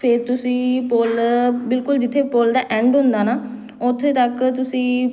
ਫਿਰ ਤੁਸੀਂ ਪੁੱਲ ਬਿਲਕੁਲ ਜਿੱਥੇ ਪੁੱਲ ਦਾ ਐਂਡ ਹੁੰਦਾ ਨਾ ਉੱਥੇ ਤੱਕ ਤੁਸੀਂ